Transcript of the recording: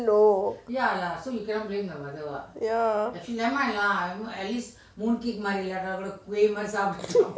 you know ya